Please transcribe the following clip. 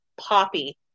poppy